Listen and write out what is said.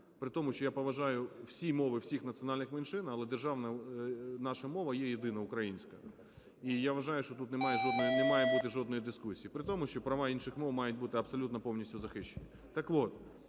при тому що я поважаю всі мови всіх національних меншин, але державна наша мова є єдина – українська. І я вважаю, що тут немає жодної, не має бути жодної дискусії, при тому, що права інших мов мають бути абсолютно повністю захищені.